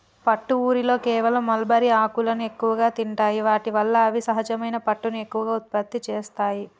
పట్టు ఊరిలో కేవలం మల్బరీ ఆకులను ఎక్కువగా తింటాయి వాటి వల్ల అవి సహజమైన పట్టుని ఎక్కువగా ఉత్పత్తి చేస్తాయి